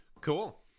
Cool